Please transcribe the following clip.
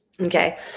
Okay